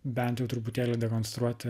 bent jau truputėlį dekonstruoti